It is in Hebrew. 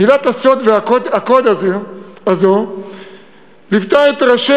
מילת הסוד והקוד הזאת ליוותה את ראשי